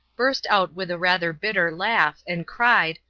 burst out with a rather bitter laugh and cried,